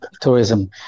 tourism